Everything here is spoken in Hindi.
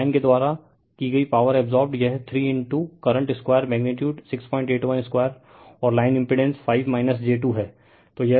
तो लाइन के द्वारा की गई पॉवर अब्सोर्बड यह 3 करंट 2 मैग्नीटयूड 681 2 और लाइन इम्पिड़ेंस 5 j 2 है तो यह 6956 j 2783आ रहा है